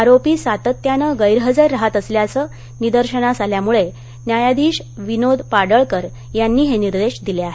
आरोपी सातत्यानं गैरहजर रहात असल्याचं निदर्शनास आल्यामुळे न्यायाधीश विनोद पाडळकर यांनी हे निर्देश दिले आहेत